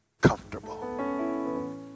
comfortable